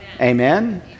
Amen